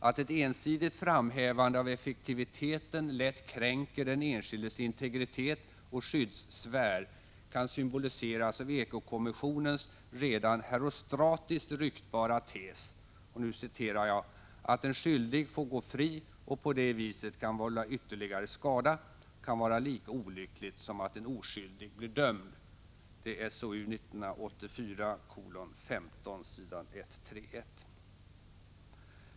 Att ett ensidigt framhävande av effektiviteten lätt kränker den enskildes integritet och skyddssfär kan symboliseras av eko-kommissionens redan herostratiskt ryktbara tes: ”Att en skyldig får gå fri och på det viset kan vålla ytterligare skada kan vara lika olyckligt som att en oskyldig blir dömd.” Detta är hämtat från SOU 1984/85:15 s. 131.